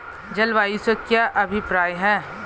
जलवायु से क्या अभिप्राय है?